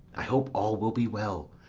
i hope all will be well.